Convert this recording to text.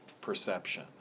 perception